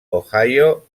ohio